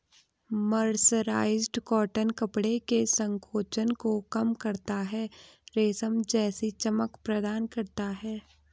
mercerised cotton कपड़े के संकोचन को कम करता है, रेशम जैसी चमक प्रदान करता है